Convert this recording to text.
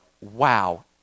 wow